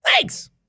Thanks